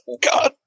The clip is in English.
God